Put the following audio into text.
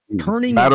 turning